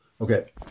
Okay